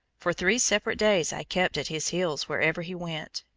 for three separate days i kept at his heels wherever he went,